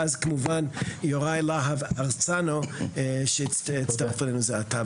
ואחריו כמובן יוראי להב הרצנו שהצטרף אלינו זה עתה.